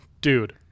Dude